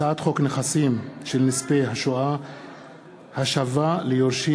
הצעת חוק נכסים של נספי השואה (השבה ליורשים